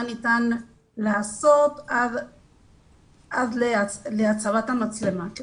מה ניתן לעשות עד להצבת המצלמה.